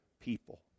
people